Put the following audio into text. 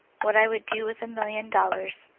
what i would do with a million dollars.